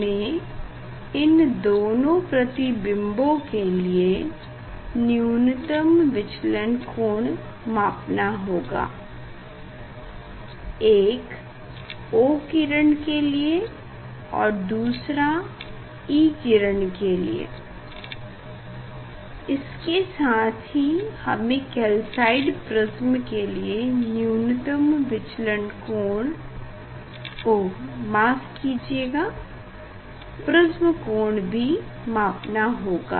हमे इन दोनों प्रतिबिंबो के लिए न्यूनतम विचलन कोण मापना होगा एक O किरण के लिए और दूसरा E किरण के लिए इसके साथ ही हमे कैल्साइट प्रिस्म के लिए न्यूनतम विचलन कोण ओह माफ कीजिये प्रिस्म कोण भी मापना होगा